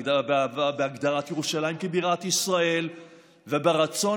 בהגדרת ירושלים כבירת ישראל וברצון